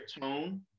tone